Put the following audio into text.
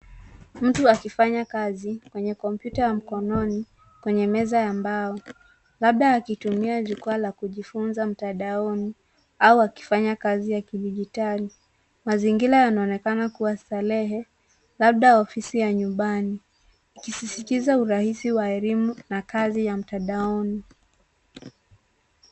Mtu akifanya kazi kwenye kompyuta ya mkononi, kwenye meza ya mbao labda akitumia jukwaa la kujifunza mtandaoni au akifanya kazi ya kidijitali. Mazingira yanaonekana kuwa ya starehe labda ofisi ya nyumbani, ikisisitiza urahisi wa elimu na kazi ya mtandaoni.